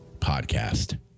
podcast